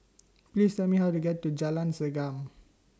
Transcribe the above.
Please Tell Me How to get to Jalan Segam